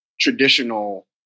traditional